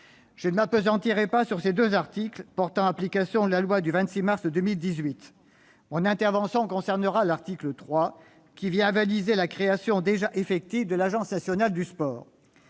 Je ne m'appesantirai pas sur ces deux articles, portant application de la loi du 26 mars 2018. Mon intervention se concentrera sur l'article 3, qui vient avaliser la création, déjà effective, de l'Agence nationale du sport.